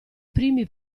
primi